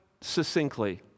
succinctly